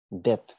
Death